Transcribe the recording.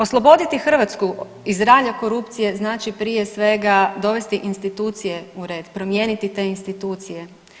Osloboditi Hrvatsku iz ralja korupcije znači prije svega dovesti institucije u red, promijeniti te institucije.